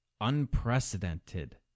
unprecedented